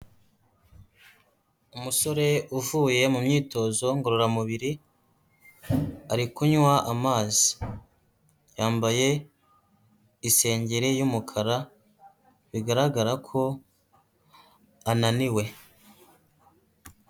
Umusore uvuye mu myitozo ngororamubiri, ari kunywa amazi. Yambaye isengeri y'umukara, bigaragara ko ananiwe.